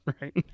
right